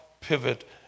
pivot